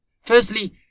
Firstly